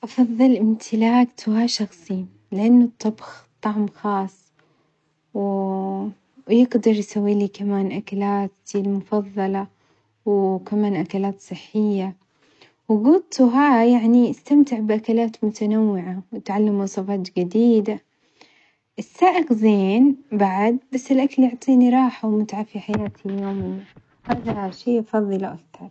أفظل امتلاك طهاة شخصي لأن الطبخ طعم خاص ويقدر كمان يسويلي أكلاتي المفظلة وكمان أكلات صحية، وجود طهاة يعني أستمتع بأكلات متنوعة وأتعلم وصفات جديدة، السائق زين بعد بس الأكل يعطيني راحة ومتعة في حياتي اليومية هذا شي أفظله أكثر.